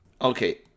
Okay